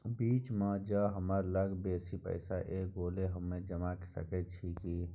बीच म ज हमरा लग बेसी पैसा ऐब गेले त हम जमा के सके छिए की?